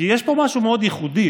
כי יש פה משהו מאוד ייחודי.